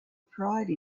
pride